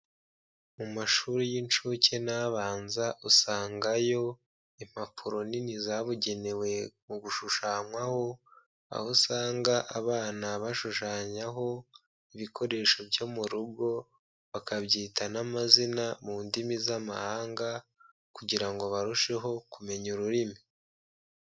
Mu mashuri y'incuke n'abanza usangayo impapuro nini zabugenewe mu gushushanywaho, aho usanga abana bashushanyaho ibikoresho byo mu rugo, bakabyita n'amazina mu ndimi z'amahanga, kugira ngo barusheho kumenya ururimi.